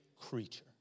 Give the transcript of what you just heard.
creature